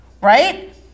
right